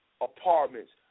apartments